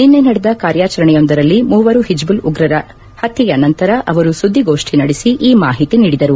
ನಿನ್ನೆ ನಡೆದ ಕಾರ್ನಾಚರಣೆಯೊಂದರಲ್ಲಿ ಮೂವರು ಹಿಜ್ಜುಲ್ ಉಗ್ರರ ಪತ್ಕೆಯ ನಂತರ ಅವರು ಸುದ್ದಿಗೋಷ್ಠಿ ನಡೆಸಿ ಈ ಮಾಹಿತಿ ನೀಡಿದರು